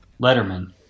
Letterman